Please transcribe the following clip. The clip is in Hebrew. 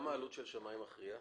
מה העלות של שמאי מכריע?